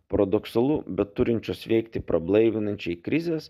paradoksalu bet turinčios veikti prablaivinančiai krizės